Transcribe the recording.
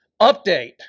Update